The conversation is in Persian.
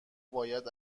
باید